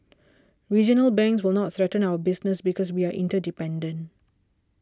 regional banks will not threaten our business because we are interdependent